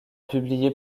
publié